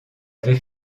avait